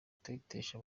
gutetesha